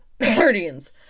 Guardians